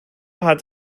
hat